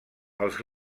els